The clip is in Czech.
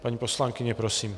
Paní poslankyně, prosím.